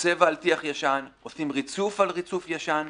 צבע על טיח ישן, עושים ריצוף על ריצוף ישן.